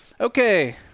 Okay